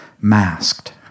masked